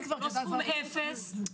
לא סכום אפס.